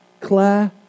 Claire